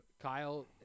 Kyle